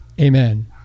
amen